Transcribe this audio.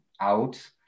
out